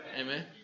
Amen